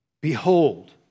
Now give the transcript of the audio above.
Behold